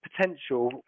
potential